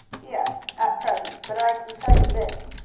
yes, at present but i can tell you this,